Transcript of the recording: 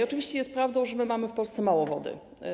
Oczywiście jest prawdą, że mamy w Polsce mało wody.